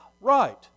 right